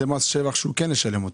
זה מס שבח שהוא כן ישלם?